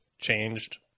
changed